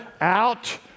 out